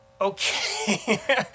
Okay